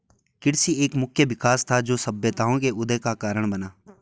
कृषि एक मुख्य विकास था, जो सभ्यताओं के उदय का कारण बना